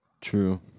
True